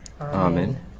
Amen